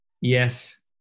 yes